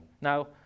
Now